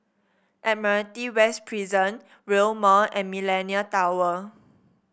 Admiralty West Prison Rail Mall and Millenia Tower